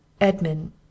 Edmund